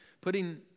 putting